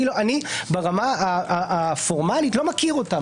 אני ברמה הפורמלית לא מכיר אותן.